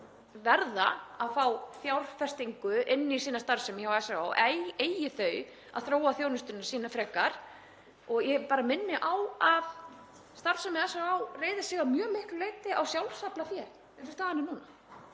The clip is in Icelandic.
verða að fá fjárfestingu inn í sína starfsemi hjá SÁÁ eigi þau að þróa þjónustu sína frekar. Ég bara minni á að starfsemi SÁÁ reiðir sig að mjög miklu leyti á sjálfsaflafé eins og staðan er núna.